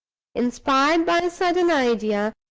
inspired by a sudden idea,